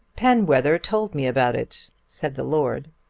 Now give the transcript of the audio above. penwether told me about it, said the lord.